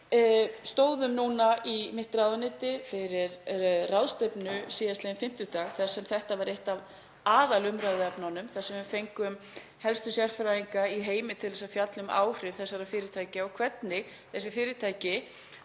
umræðu. Við, mitt ráðuneyti, stóðum fyrir ráðstefnu síðastliðinn fimmtudag þar sem þetta var eitt af aðalumræðuefnunum þar sem við fengum helstu sérfræðinga í heimi til þess að fjalla um áhrif þessara fyrirtækja og hvernig þessi fyrirtæki